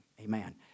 Amen